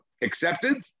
Accepted